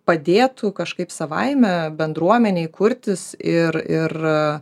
padėtų kažkaip savaime bendruomenei kurtis ir ir